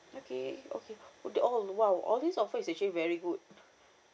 okay okay oh !wow! all these offer is actually very good